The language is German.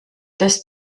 das